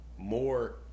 more